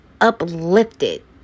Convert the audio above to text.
uplifted